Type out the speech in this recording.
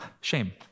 shame